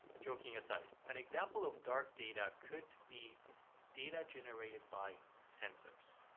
joking aside, an example of dark data could be data generated by sensors.